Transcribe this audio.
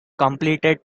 completed